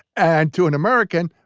and to an american,